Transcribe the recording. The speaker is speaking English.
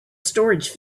storage